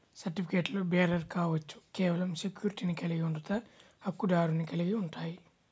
సర్టిఫికెట్లుబేరర్ కావచ్చు, కేవలం సెక్యూరిటీని కలిగి ఉండట, హక్కుదారుని కలిగి ఉంటాయి,